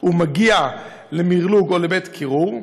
הוא מגיע למרלו"ג או לבית-קירור.